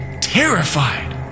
terrified